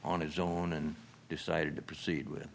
on his own and decided to proceed with